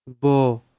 bo